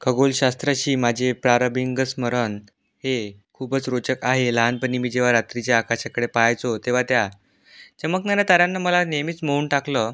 खगोलशास्त्राशी माझे प्रारबिंग स्मरण हे खूपच रोचक आहे लहानपणी मी जेव्हा रात्रीच्या आकाशाकडे पाहायचो तेव्हा त्या चमकणाऱ्या ताऱ्यांना मला नेहमीच मोहून टाकलं